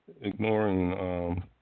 ignoring